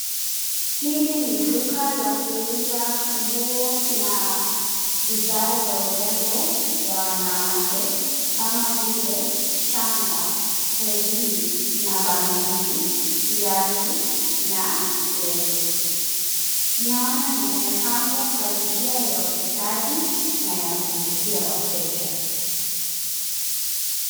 Hili ni duka la kuuza nguo na bidhaa za urembo za wanawake kama vile shanga, herini na bangili, viatu na leso. Tunaona vimepangwa kwa njia ya ustadi na ya kuvutia wateja.